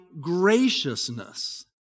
graciousness